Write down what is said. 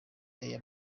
air